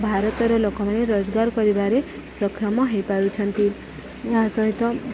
ଭାରତର ଲୋକମାନେ ରୋଜଗାର କରିବାରେ ସକ୍ଷମ ହେଇପାରୁଛନ୍ତି ଏହା ସହିତ